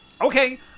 Okay